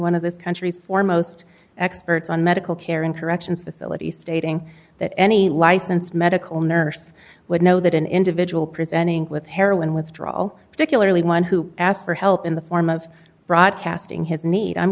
one of this country's foremost experts on medical care in corrections facility stating that any licensed medical nurse would know that an individual presenting with heroin withdrawal particularly one who asked for help in the form of broadcasting his need i'm